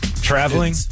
Traveling